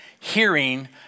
Hearing